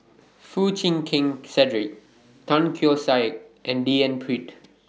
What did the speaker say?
Foo Chee Keng Cedric Tan Keong Saik and D N Pritt